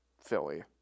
Philly